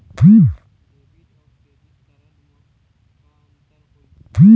Debit अऊ credit card म का अंतर होइस?